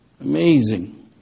Amazing